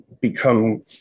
become